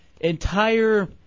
entire